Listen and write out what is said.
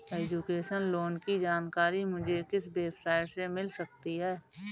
Education loan की जानकारी मुझे किस वेबसाइट से मिल सकती है?